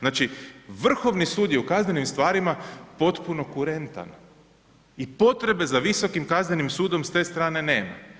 Znači Vrhovni sud je u kaznenim stvarima potpuno kurentan i potrebe za visokim kaznenim sudom s te strane nema.